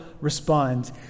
respond